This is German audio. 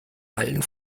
allen